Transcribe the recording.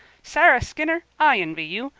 sarah skinner, i envy you.